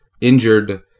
injured –